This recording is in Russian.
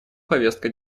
повестка